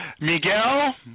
Miguel